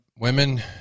women